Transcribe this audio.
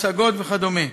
הצגות וכדומה.